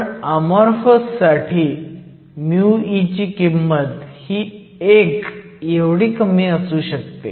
पण अमॉरफस साठी μe ची किंमत ही 1 एवढी कमी असू शकते